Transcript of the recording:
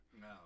No